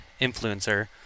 influencer